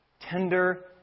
tender